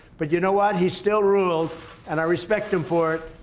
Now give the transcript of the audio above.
but you know what? he's still ruled and i respect him for.